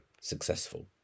successful